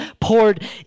poured